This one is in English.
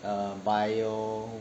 err bio